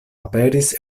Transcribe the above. aperis